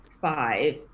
five